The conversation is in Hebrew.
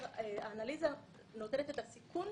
האנליזה נותנת את הסיכון,